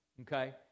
okay